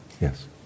Yes